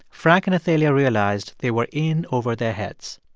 frank and athalia realized they were in over their heads.